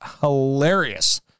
hilarious